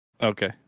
Okay